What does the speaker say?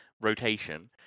rotation